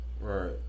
Right